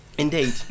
Indeed